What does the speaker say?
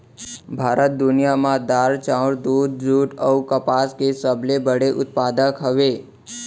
भारत दुनिया मा दार, चाउर, दूध, जुट अऊ कपास के सबसे बड़े उत्पादक हवे